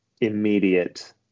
immediate